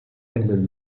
elles